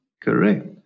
correct